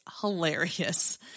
hilarious